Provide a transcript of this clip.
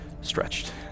stretched